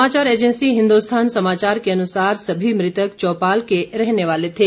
समाचार एजेंसी हिन्दुस्थान समाचार के अनुसार सभी मृतक चौपाल के रहने वाले थे